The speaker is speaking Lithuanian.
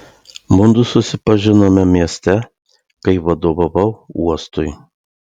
mudu susipažinome mieste kai vadovavau uostui